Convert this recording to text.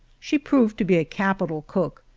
she proved to be a capital cook,